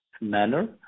manner